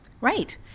Right